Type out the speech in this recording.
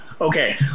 Okay